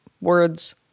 words